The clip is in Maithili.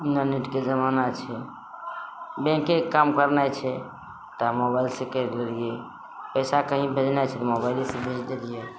इन्टरनेटके जमाना छै बैंकके काम करनाइ छै तऽ मोबाइल से करि लेलियै पैसा कहीँ भेजनाइ छै तऽ मोबाइले से भेज देलियै